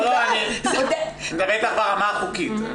איתך על הרמה החוקית.